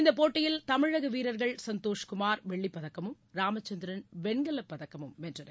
இந்த போட்டியில் தமிழக வீரர்கள் சந்தோஷ் குமார் வெள்ளி பதக்கமும் ராமச்சந்திரன் வெண்கலப் பதக்கழும் வென்றனர்